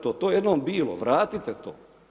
To je jednom bilo, vratite to.